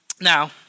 Now